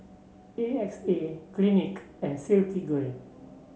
A X A Clinique and Silkygirl